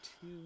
two